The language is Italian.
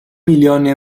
milione